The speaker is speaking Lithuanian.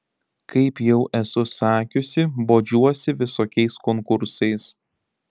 kaip jau esu sakiusi bodžiuosi visokiais konkursais